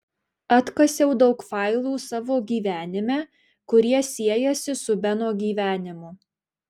atkasiau daug failų savo gyvenime kurie siejasi su beno gyvenimu